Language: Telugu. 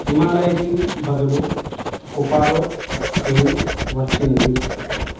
హిమాలయకి బదులు కొపారో క్లీన్ వచ్చింది